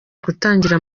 gutangira